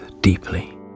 deeply